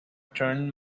turned